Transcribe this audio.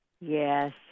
Yes